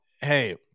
hey